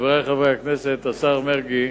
חברי חברי הכנסת, השר מרגי,